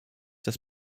das